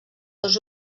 dos